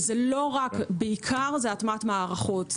בעיקר זה הטמעת מערכות,